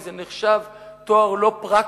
כי זה נחשב תואר לא פרקטי,